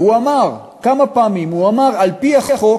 והוא אמר כמה פעמים, הוא אמר: על-פי החוק,